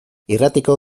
irratiko